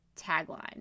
tagline